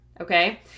Okay